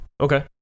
okay